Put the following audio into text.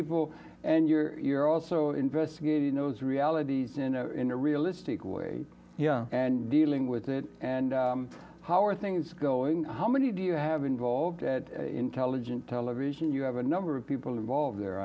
people and you're also investigating those realities in a in a realistic way and dealing with it and how are things going how many do you have involved at intelligent television you have a number of people involved there